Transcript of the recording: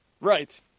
Right